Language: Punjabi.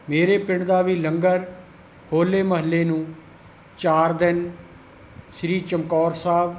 ਮੇਰੇ ਪਿੰਡ ਦਾ ਵੀ ਲੰਗਰ ਹੋਲੇ ਮਹੱਲੇ ਨੂੰ ਚਾਰ ਦਿਨ ਸ਼੍ਰੀ ਚਮਕੌਰ ਸਾਹਿਬ